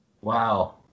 Wow